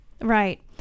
right